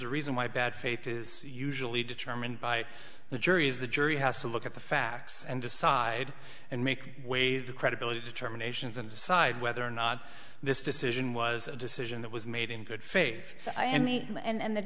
a reason why bad faith is usually determined by the juries the jury has to look at the facts and decide and make weigh the credibility determinations and decide whether or not this decision was a decision that was made in good faith i